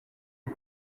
and